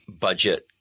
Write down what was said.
budget